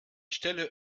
stelle